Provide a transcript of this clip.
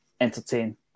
entertain